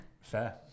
Fair